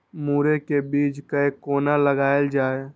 मुरे के बीज कै कोना लगायल जाय?